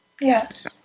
Yes